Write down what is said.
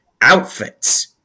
outfits